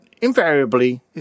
invariably